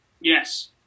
Yes